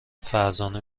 فرزانه